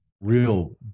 real